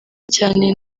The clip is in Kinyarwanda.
cyane